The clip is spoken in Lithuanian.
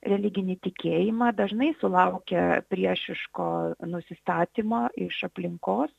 religinį tikėjimą dažnai sulaukia priešiško nusistatymo iš aplinkos